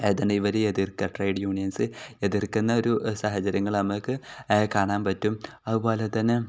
ഏതാണ് ഇവർ എതിർക്കുക ട്രേഡ് യൂണിയൻസ് എതിർക്കുന്ന ഒരു സാഹചര്യങ്ങൾ നമുക്ക് കാണാൻ പറ്റും അതു പോലെ തന്നെ